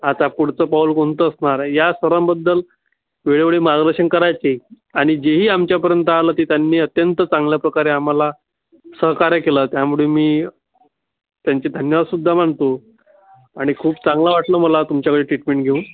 आता पुढचं पाऊल कोणतं असणार आहे या सर्वांबद्दल वेळोवेळी मार्गदर्शन करायचे आणि जे ही आमच्यापर्यंत आलं ते त्यांनी अत्यंत चांगल्या प्रकारे आम्हाला सहकार्य केलं त्यामुळे मी त्यांचे धन्यवाद सुद्धा मानतो आणि खूप चांगलं वाटलं मला तुमच्याकडे ट्रीटमेंट घेऊन